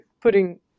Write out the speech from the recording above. putting